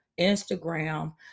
Instagram